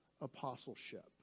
apostleship